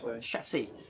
Chassis